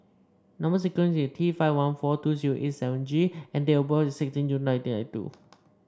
number sequence is T five one four two zero eight seven G and date of birth is sixteen June nineteen eight two